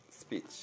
speech